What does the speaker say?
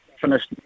finished